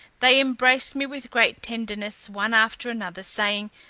they embraced me with great tenderness one after another, saying,